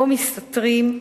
שבו מסתתרים,